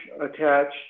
attached